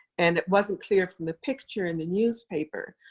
and it wasn't clear from the picture in the newspaper,